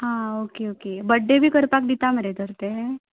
हां okay okay birthday बी करपाक दिता मरे तर ते